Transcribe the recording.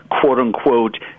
quote-unquote